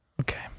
Okay